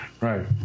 right